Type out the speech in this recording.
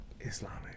islamic